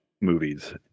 movies